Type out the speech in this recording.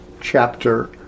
chapter